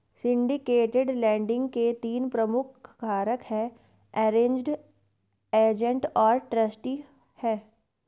syndicated lending के तीन प्रमुख कारक अरेंज्ड, एजेंट और ट्रस्टी हैं